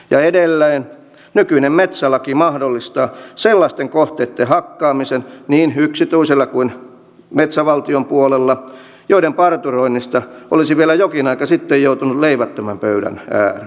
ja edelleen nykyinen metsälaki mahdollistaa niin yksityisellä kuin metsävaltion puolella sellaisten kohteitten hakkaamisen joiden parturoinnista olisi vielä jokin aika sitten joutunut leivättömän pöydän ääreen